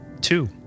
two